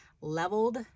Leveled